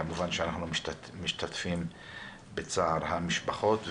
וכמובן שאנחנו משתתפים בצער המשפחות.